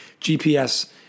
GPS